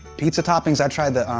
pizza toppings, i'd try the, um,